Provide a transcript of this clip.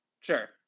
Sure